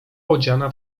odziana